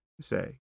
say